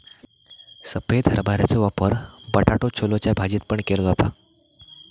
सफेद हरभऱ्याचो वापर बटाटो छोलेच्या भाजीत पण केलो जाता